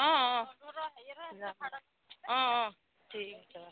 অঁ অঁ অঁ অঁ ঠিক আছে বাৰু